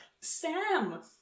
Sam